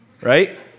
right